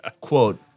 Quote